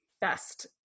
best